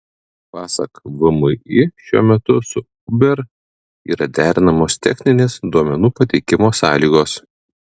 pasak vmi šiuo metu su uber yra derinamos techninės duomenų pateikimo sąlygos